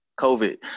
COVID